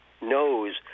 knows